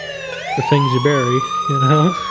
the things you bury, you know?